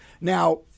Now